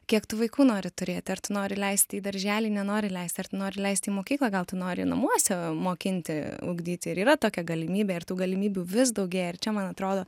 kiek tų vaikų nori turėti ar tu nori leisti į darželį nenori leisti ar tu nori leisti į mokyklą gal tu nori namuose mokinti ugdyti ir yra tokia galimybė ir tų galimybių vis daugėja ir čia man atrodo